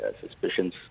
suspicions